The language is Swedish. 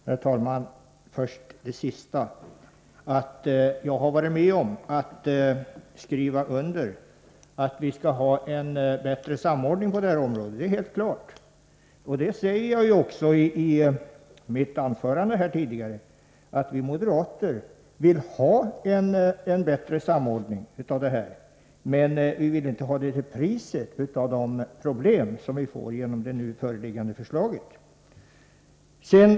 Herr talman! Först några ord om vad som sist yttrades. Det är helt riktigt att jag har varit med om att skriva under på att vi bör ha en effektivare uppbörd på det här området. I mitt tidigare anförande sade jag ju också att moderaterna vill ha en effektivare uppbörd, men inte till priset av de problem som ett förverkligande av det föreliggande förslaget skulle medföra.